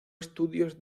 estudios